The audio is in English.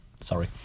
Sorry